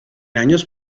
años